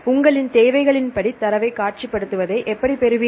உங்களின் தேவைகளின் படி தரவை காட்சிப்படுத்துவதை எப்படி பெறுவீர்கள்